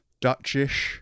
Dutchish